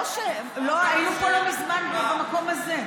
היינו פה לא מזמן ובמקום הזה.